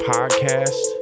Podcast